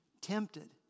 tempted